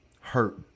hurt